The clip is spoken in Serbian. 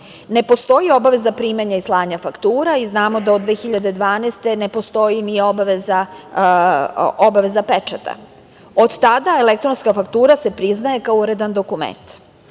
ne postoji obaveza primanja i slanja faktura i znamo da od 2012. godine ne postoji ni obaveza pečata. Od tada elektronska faktura se priznaje kao uredan dokument. Zakon